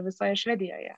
visoje švedijoje